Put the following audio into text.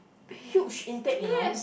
huge intake you know